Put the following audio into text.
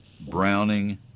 Browning